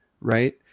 right